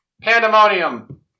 Pandemonium